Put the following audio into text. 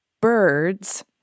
birds